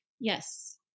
Yes